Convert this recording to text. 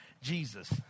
jesus